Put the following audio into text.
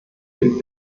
dem